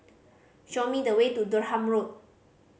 show me the way to Durham Road